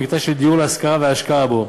המקטע של דיור להשכרה וההשקעה בו.